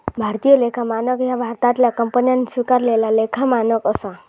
भारतीय लेखा मानक ह्या भारतातल्या कंपन्यांन स्वीकारलेला लेखा मानक असा